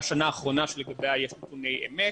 והשנה האחרונה שלגביה יש נתוני אמת